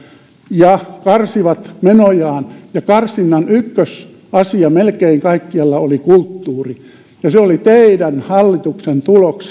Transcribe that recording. ja karsivat menojaan ja karsinnan ykkösasia melkein kaikkialla oli kulttuuri se oli teidän hallituksen